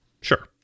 Sure